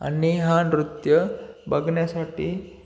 आणि हा नृत्य बघण्यासाठी